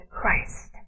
Christ